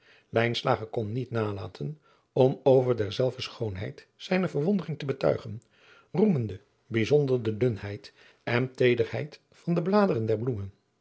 kon niet nalaten om over derzelver schoonheid zijne verwondering te betuigen roemende bijzonder de dunheid en teederheid van de bladeren der bloemen